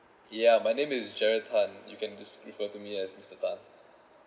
ya my name is jared tan you can just refer to me as mister tan